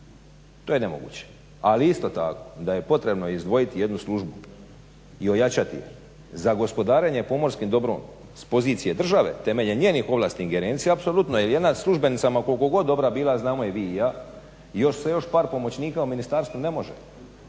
To je nemoguće. Ali isto tako, da je potrebno izdvojiti jednu službu i ojačati je za gospodarenje pomorskim dobrom s pozicije države temeljem njenih ovlasti i ingerencija apsolutno je jedna službenicima koliko god dobro bila, a znamo je vi i ja, još sa par pomoćnika u Ministarstvu ne može